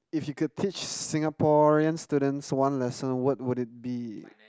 if you could teach Singaporean students one lesson what would it be